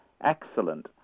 excellent